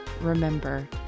remember